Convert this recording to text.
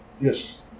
Yes